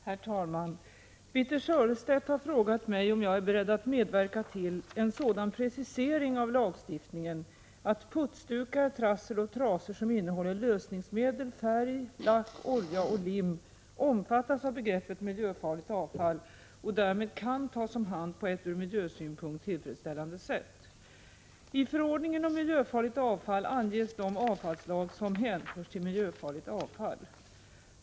Herr talman! Birthe Sörestedt har frågat mig om jag är beredd att medverka till en sådan precisering av lagstiftningen att putsdukar, trassel och trasor som innehåller lösningsmedel, färg, lack, olja och lim omfattas av begreppet miljöfarligt avfall och därmed kan tas om hand på ett ur miljösynpunkt tillfredsställande sätt. I förordningen om miljöfarligt avfall anges de avfallsslag som hänförs till miljöfarligt avfall.